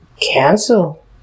cancel